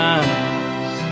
eyes